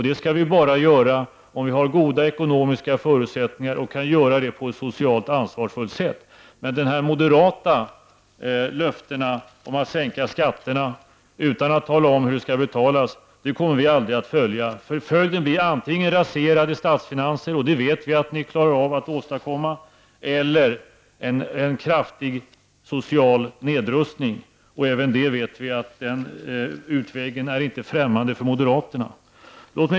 Det skall vi bara göra om vi har goda ekonomiska förutsättningar och om vi kan göra det på ett socialt ansvarsfullt sätt. De moderata löftena om skattesänkningar utan några uttalanden om hur dessa skall finansieras kommer vi aldrig att hålla oss till. Följden blir antingen raserade statsfinanser -- och det vet vi att ni klarar av att åstadkomma -- eller också en kraftig social nedrustning. Vi vet också att inte heller den vägen är främmande för moderaterna.